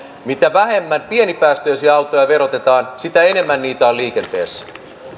mitä vähemmän pienipäästöisiä autoja verotetaan sitä enemmän niitä on liikenteessä